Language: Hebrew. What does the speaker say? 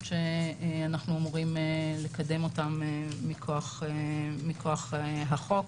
התקנות שאנחנו אמורים לקדם מכוח החוק.